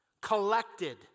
collected